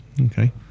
Okay